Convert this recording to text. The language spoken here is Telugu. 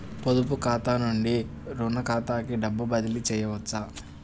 పొదుపు ఖాతా నుండీ, రుణ ఖాతాకి డబ్బు బదిలీ చేయవచ్చా?